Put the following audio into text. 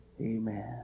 Amen